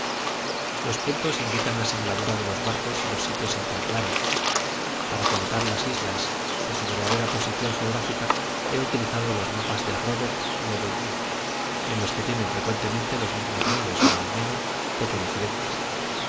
los puntos indican la singladura de los barcos y los sitios en que anclaron para colocar las islas en su verdadera posición geográfica he utilizado los mapas de robert y de bellin en los que tienen frecuentemente los mismos nombres o al menos poco diferentes